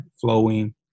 flowing